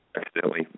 accidentally